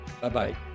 bye-bye